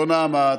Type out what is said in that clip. לא נעמ"ת,